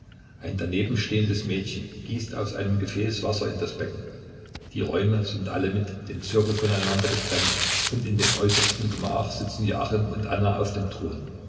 ein danebenstehendes mädchen gießt aus einem gefäß wasser in das becken die räume sind alle mit dem zirkel voneinander getrennt und in dem äußersten gemach sitzen joachim und anna auf dem thron